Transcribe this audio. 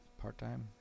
part-time